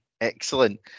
Excellent